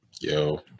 Yo